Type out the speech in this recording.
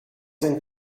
zijn